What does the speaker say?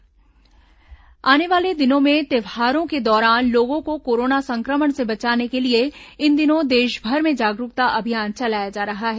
corona जागरूकतारजनी रजक आने वाले दिनों में त्यौहारों के दौरान लोगों को कोरोना संक्रमण से बचाने के लिए इन दिनों देशभर में जागरूकता अभियान चलाया जा रहा है